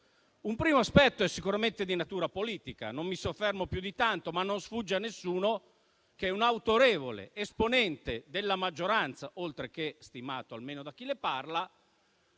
Un primo aspetto è sicuramente di natura politica. Non mi soffermo più di tanto, ma non sfugge a nessuno che un autorevole, oltre che stimato (almeno da chi le parla),